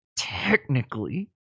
technically